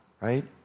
right